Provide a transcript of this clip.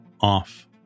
off